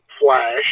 flash